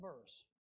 verse